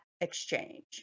exchange